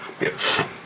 yes